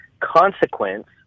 consequence